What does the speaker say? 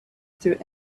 through